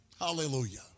Hallelujah